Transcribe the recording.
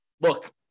look